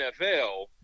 NFL